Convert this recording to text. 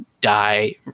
die